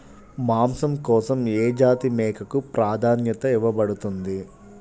మాంసం కోసం ఏ జాతి మేకకు ప్రాధాన్యత ఇవ్వబడుతుంది?